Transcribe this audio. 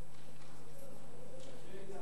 בעד,